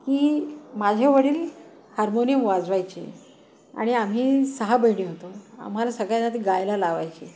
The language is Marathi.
की माझे वडील हार्मोनियम वाजवायचे आणि आम्ही सहा बहिणी होतो आम्हाला सगळ्यांना ते गायला लावायचे